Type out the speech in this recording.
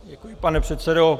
Děkuji, pane předsedo.